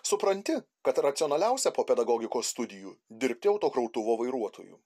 supranti kad racionaliausia po pedagogikos studijų dirbti autokrautuvo vairuotoju